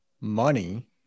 money